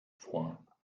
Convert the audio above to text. vor